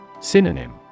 Synonym